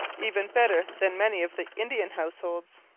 even better than many of the indian households.